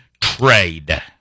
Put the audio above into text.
trade